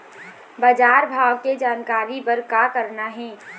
बजार भाव के जानकारी बर का करना हे?